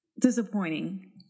disappointing